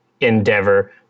endeavor